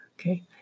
okay